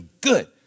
good